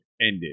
ended